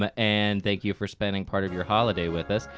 but and thank you for spending part of your holiday with us.